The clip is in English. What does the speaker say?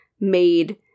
made